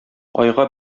айга